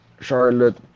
Charlotte